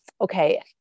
okay